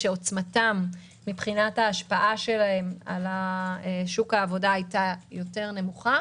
שעוצמתם מבחינת ההשפעה שלהם על שוק העבודה הייתה נמוכה יותר